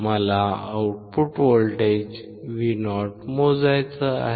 मला output voltage Vo मोजायचे आहे